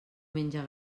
menja